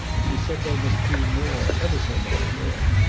she said they must do more, ever so much more.